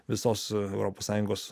visos europos sąjungos